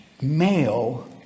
male